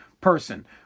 person